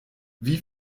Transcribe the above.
wie